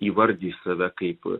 įvardys save kaip